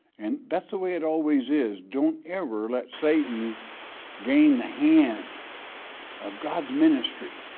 and that's the way it always is. don't ever let satan gain the hand of god's ministry.